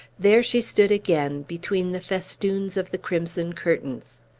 there she stood again, between the festoons of the crimson curtains.